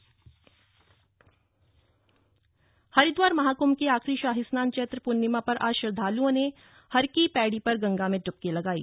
शाही स्नान हरिद्वार महाकुंभ के आखिरी शाही स्नान चौत्र पूर्णिमा पर आज श्रद्धालुओं ने हरकी पैड़ी पर मां में ड्बकी लगायी